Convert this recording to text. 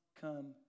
come